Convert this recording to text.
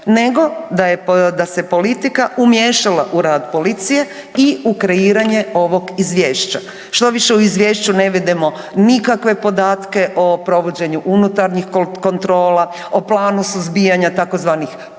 nego da se politika umiješala u rad policije i u kreiranje ovog izvješća. Štoviše u izvješću ne vidimo nikakve podatke o provođenju unutarnjih kontrola, o planu suzbijanja tzv. prljavih